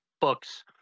books